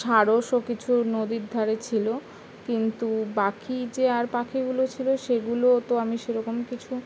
সারস ও কিছুর নদীর ধারে ছিলো কিন্তু বাকি যে আর পাখিগুলো ছিলো সেগুলো তো আমি সেরকম কিছু